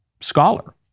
scholar